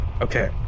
Okay